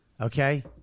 Okay